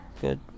good